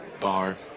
bar